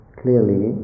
clearly